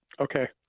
Okay